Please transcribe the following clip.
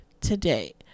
today